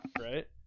Right